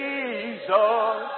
Jesus